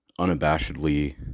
unabashedly